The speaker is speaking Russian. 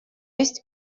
есть